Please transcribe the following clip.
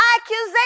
accusation